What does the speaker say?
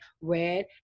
red